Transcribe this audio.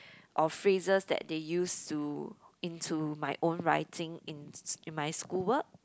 or phrases that they use to into my own writing in in my school work